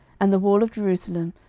and the wall of jerusalem,